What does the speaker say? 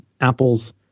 Apple's